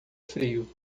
frio